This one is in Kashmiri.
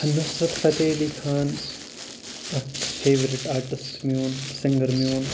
نصرت فتح علی خان اَکھ فیورِٹ آٹِسٹ میون سِنٛگَر میون